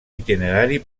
itinerari